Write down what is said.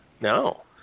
No